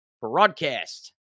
broadcast